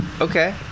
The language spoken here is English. Okay